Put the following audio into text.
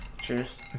cheers